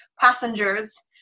passengers